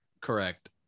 correct